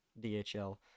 DHL